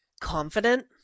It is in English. confident